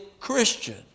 Christian